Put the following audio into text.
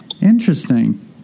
Interesting